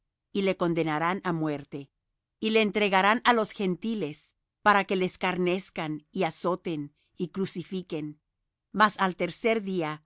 y le condenarán á muerte y le entregarán á los gentiles para que le escarnezcan y azoten y crucifiquen mas al tercer día